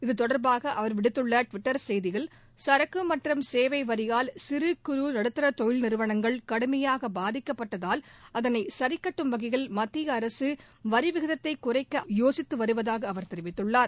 இது தொடர்பாக அவர் விடுத்துள்ள ட்விட்டர் செய்தியில் சரக்கு மற்றும் சேவை வரியால் சிறு குறு நடுத்தர தொழில் நிறுவனங்கள் கடுமையாக பாதிக்கப்பட்டதால் அதளை சரிக்கட்டும் வகையில் மத்திய அரசு வரி விகிதத்தைக் குறைக்க யோசித்து வருவதாகவும் அவர் தெரிவித்துள்ளார்